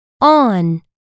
on